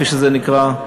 כפי שזה נקרא.